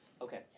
Okay